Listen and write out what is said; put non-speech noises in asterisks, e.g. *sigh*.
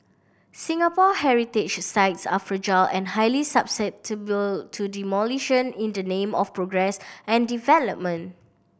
Singapore heritage sites are fragile and highly susceptible to *unintelligible* to demolition in the name of progress and development